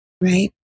right